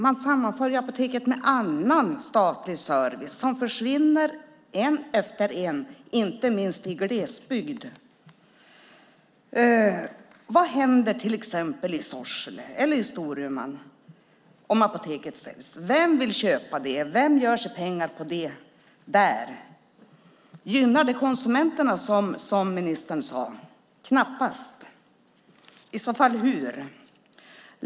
Man sammanför Apoteket med annan statlig service som försvinner en efter en, inte minst i glesbygd. Vad händer till exempel i Sorsele eller i Storuman om apoteket säljs? Vem vill köpa det? Vem gör sig pengar på det, där? Gynnar det konsumenterna, som ministern sade? Knappast. Hur, i sådana fall?